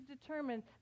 determined